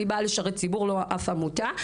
אני באה לשרת ציבור ולא אף עמותה.